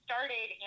Started